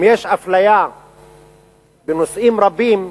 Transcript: אם יש אפליה בנושאים רבים,